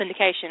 syndication